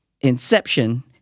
inception –